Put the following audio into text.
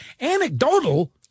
anecdotal